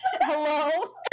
Hello